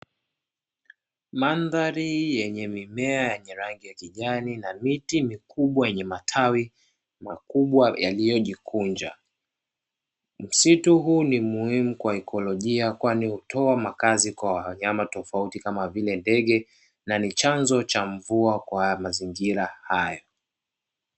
Mandhari yenye mimea yenye rangi ya kijani na miti mikubwa yenye matawi makubwa yaliyojikunja. Msitu huu ni mhimu kwa ikolojia, kwani hutoka makazi kwa wanyama tofauti, kama vile ndege na ni chanzo cha mvua kwa mazingira hayo.